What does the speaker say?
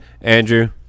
Andrew